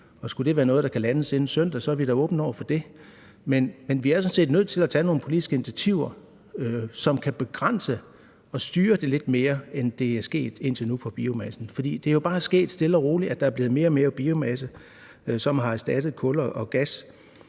skulle det være noget, der kan landes inden søndag, er vi da åbne over for det. Men vi er sådan set nødt til at tage nogle politiske initiativer, som kan begrænse og styre det lidt mere, end det er sket indtil nu i forhold til biomassen. For der er jo bare stille og roligt sket det, at der er blevet mere og mere biomasse, som har erstattet kul og gas.